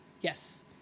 yes